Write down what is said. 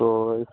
तो